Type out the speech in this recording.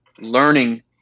learning